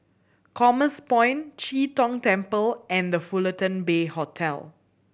Commerce Point Chee Tong Temple and The Fullerton Bay Hotel